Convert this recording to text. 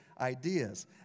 ideas